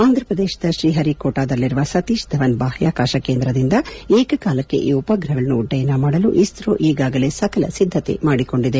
ಆಂಧ್ರಪ್ರದೇಶದ ಶ್ರೀಹರಿಕೋಟಾದಲ್ಲಿರುವ ಸತೀಶ್ ದವನ್ ಬಾಹ್ಯಾಕಾಶ ಕೇಂದ್ರದಿಂದ ಏಕಕಾಲಕ್ಕೆ ಈ ಉಪಗ್ರಹಗಳನ್ನು ಉಡ್ಡಯನ ಮಾಡಲು ಇಸ್ರೋ ಈಗಾಗಲೇ ಸಕಲ ಸಿದ್ದತೆ ಮಾಡಿಕೊಂಡಿದೆ